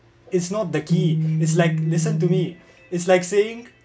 it's not the key is like listen to me it's like saying